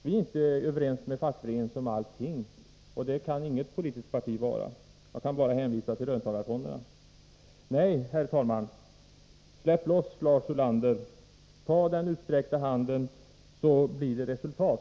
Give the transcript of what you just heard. Vi är inte överens med fackföreningarna om allting. Det kan inget parti vara, och jag kan här bara hänvisa till frågan om löntagarfonderna. Tag den utsträckta handen, Lars Ulander, så blir det resultat!